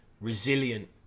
resilient